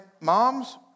moms